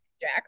Jack